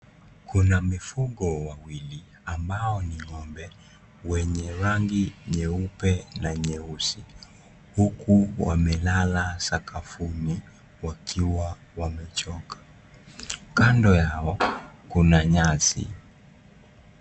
Kuna mifugo wawili ambao ni ngombe wenye rangi nyeupe na nyeusi huku wamelala sakafuni wakiwa wamechoka, kando yao kuna nyasi.